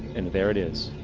and there it is,